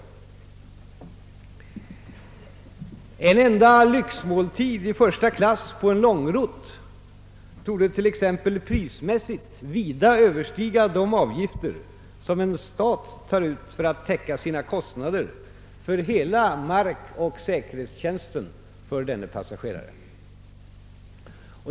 En enda lyxmåltid i första klass på en långrutt torde t.ex. prismässigt vida överstiga de avgifter som en stat tar ut för att täcka sina kostnader för hela markoch säkerhetstjänsten för en sådan passagerare.